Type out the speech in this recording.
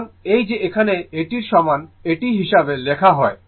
সুতরাং এই যে এখানে এটি র সমান এটি হিসাবে লেখা হয়